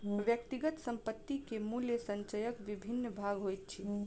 व्यक्तिगत संपत्ति के मूल्य संचयक विभिन्न भाग होइत अछि